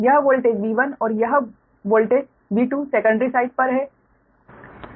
यह voltage V1 और यह वोल्टेज V2 सेकंडरी साइड पर है